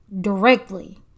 directly